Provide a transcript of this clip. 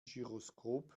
gyroskop